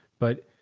but.